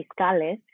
fiscales